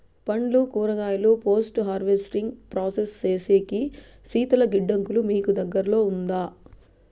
పండ్లు కూరగాయలు post harvesting process సేసేకి శీతల గిడ్డంగులు మీకు దగ్గర్లో ఉందా?